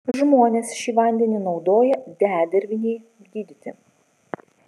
žmonės šį vandenį naudoja dedervinei gydyti